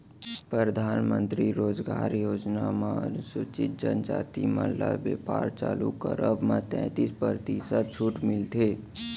परधानमंतरी रोजगार योजना म अनुसूचित जनजाति मन ल बेपार चालू करब म तैतीस परतिसत छूट मिलथे